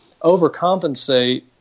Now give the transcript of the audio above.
overcompensate